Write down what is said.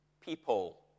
people